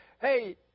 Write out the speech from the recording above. hey